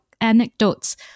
anecdotes